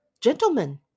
Gentlemen